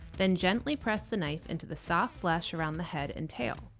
then gently press the knife into the soft flesh around the head and tail.